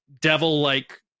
devil-like